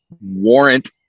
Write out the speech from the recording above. warrant